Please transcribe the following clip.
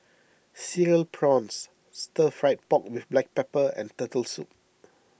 Cereal Prawns Stir Fried Pork with Black Pepper and Turtle Soup